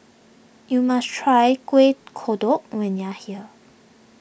you must try Kueh Kodok when you are here